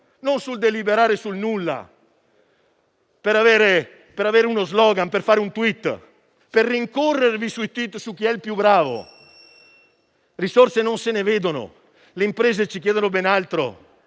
non per deliberare sul nulla, per avere uno *slogan* e fare un *tweet*, per rincorrervi su chi è il più bravo. Risorse non se ne vedono. Le imprese ci chiedono ben altro.